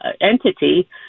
entity